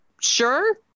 sure